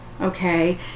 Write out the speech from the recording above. okay